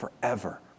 forever